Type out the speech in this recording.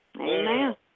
Amen